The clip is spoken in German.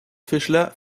fischler